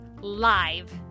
live